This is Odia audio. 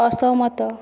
ଅସହମତ